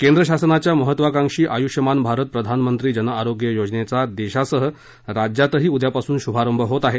केंद्र शासनाच्या महत्वाकांक्षी आयुष्मान भारत प्रधानमंत्री जनआरोग्य योजन चा देशासह राज्यात ही उद्यापासून शुभारंभ होत आहे